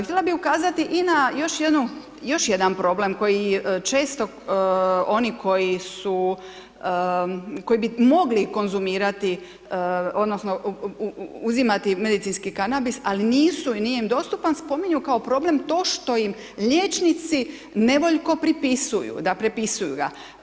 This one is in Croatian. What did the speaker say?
Htjela bih ukazati i na još jedan problem koji često oni koji su, koji bi mogli konzumirati, odnosno uzimati medicinski kanabis ali nisu i nije im dostupan, spominju kao problem to što im liječnici nevoljko pripisuju, da prepisuju ga.